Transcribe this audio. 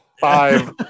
five